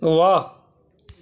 ਵਾਹ